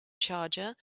charger